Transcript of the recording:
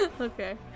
Okay